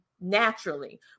naturally